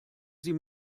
sie